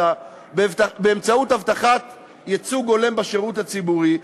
באמצעות הבטחת ייצוג הולם בשירות הציבורי,